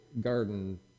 garden